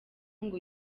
ngo